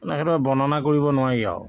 নাই সেইটো বৰ্ণনা কৰিব নোৱাৰি আৰু